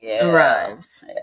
arrives